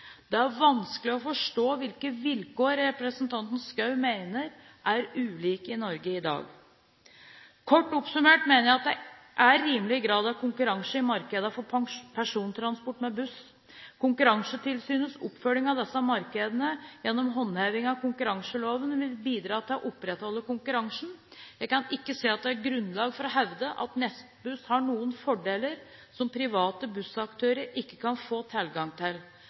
Det er vanskelig å forstå hvilke vilkår representanten Schou mener er ulike i Norge i dag. Kort oppsummert mener jeg at det er rimelig grad av konkurranse i markedene for persontransport med buss. Konkurransetilsynets oppfølging av disse markedene gjennom håndheving av konkurranseloven vil bidra til å opprettholde konkurransen. Jeg kan ikke se at det er grunnlag for å hevde at Nettbuss har noen fordeler som private bussaktører ikke kan få tilgang til.